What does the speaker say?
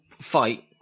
fight